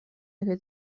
ساله